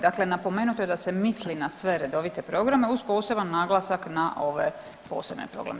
Dakle, napomenuto je da se misli na sve redovite programe uz poseban naglasak na ove posebne programe.